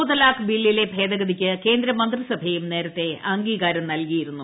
മുത്തലാഖ് ബില്ലിലെ ഭേദഗതിക്ക് കേന്ദ്രമന്ത്രിസഭയും നേരത്തെ അംഗീകാരം നൽകിയിരുന്നു